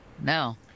No